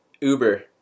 Uber